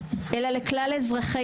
בכל אזרחי